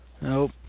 Nope